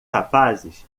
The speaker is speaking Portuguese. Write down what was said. rapazes